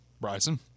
Bryson